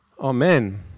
Amen